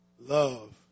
Love